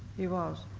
he was.